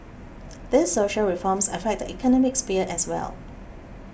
these social reforms affect the economic sphere as well